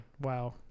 Wow